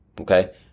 okay